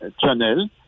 Channel